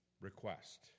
request